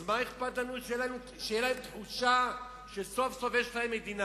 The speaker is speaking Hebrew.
אז מה אכפת לנו שתהיה להם תחושה שסוף-סוף יש להם מדינה?